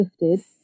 lifted